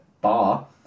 bar